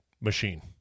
machine